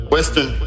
Western